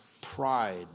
pride